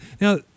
Now